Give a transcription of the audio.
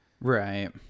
Right